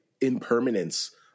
impermanence